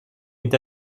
est